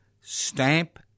stamp